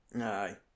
Aye